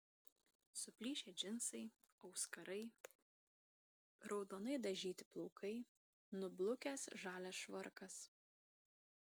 suplyšę džinsai auskarai raudonai dažyti plaukai nublukęs žalias švarkas